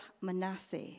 Manasseh